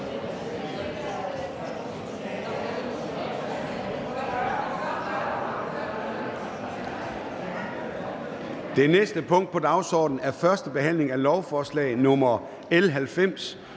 Det næste punkt på dagsordenen er: 3) 1. behandling af lovforslag nr. L 90: